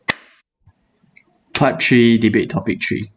part three debate topic three